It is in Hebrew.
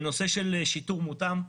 נושא של שיטור מותאם.